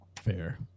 Fair